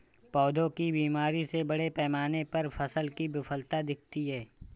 पौधों की बीमारी से बड़े पैमाने पर फसल की विफलता दिखती है